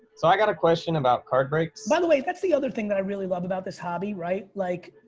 so i got a question about card breaks. by the way, that's the other thing that i really love about this hobby right? like,